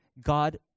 God